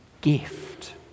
gift